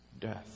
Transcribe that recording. death